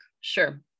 sure